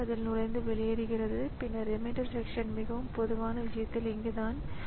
நினைவகத்தைத் தவிர மற்ற எல்லா உபகரணங்களும் ஒரே மாதிரியான பாணியில் தெரிகிறது